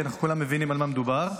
כי כולם מבינים על מה מדובר.